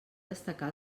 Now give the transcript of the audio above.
destacar